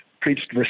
preached